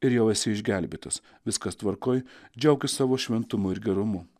ir jau esi išgelbėtas viskas tvarkoj džiaukis savo šventumu ir gerumu